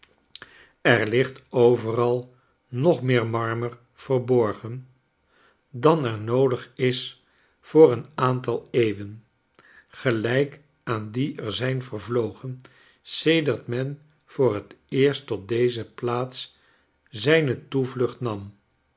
er ligt overal nog meer marmer verborgen dan er noodig is voor een aantal eeuwen gelijk aan die er zijn vervlogen sedert men voor het eerst tot deze plaats zijne toevlucht nam